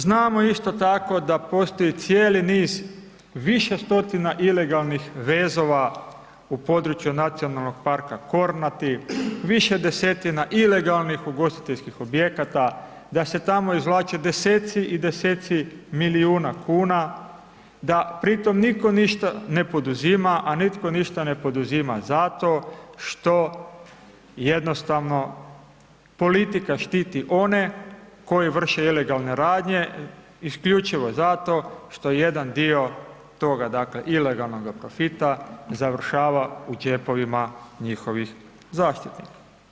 Znamo isto tako da postoji cijeli niz više stotina ilegalnih vezova u području Nacionalnog parka Kornati, više desetina ilegalnih ugostiteljskih objekata, da se tamo izvlače 10-tci i 10-tci milijuna kuna, da pritom nitko ništa ne poduzima, a nitko ništa ne poduzima zato što jednostavno politika štiti one koji vrše ilegalne radnje isključivo zato što jedan dio toga, dakle ilegalnoga profita završava u džepovima njihovih zastupnika.